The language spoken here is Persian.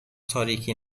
تاریکی